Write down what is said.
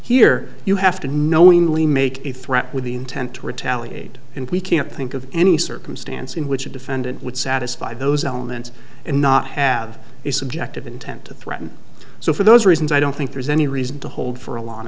here you have to knowingly make a threat with the intent to retaliate and we can't think of any circumstance in which a defendant would satisfy those elements and not have a subjective intent to threaten so for those reasons i don't think there's any reason to hold for a l